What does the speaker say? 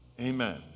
amen